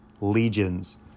legions